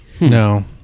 no